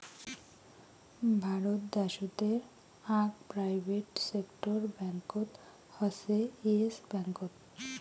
ভারত দ্যাশোতের আক private sector ব্যাঙ্কত হসে ইয়েস ব্যাঙ্কত